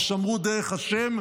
ושמרו דרך ה'